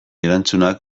erantzunak